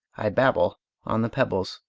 i babble on the pebbles.